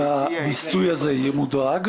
והמיסוי הזה ימודרג,